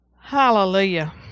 Hallelujah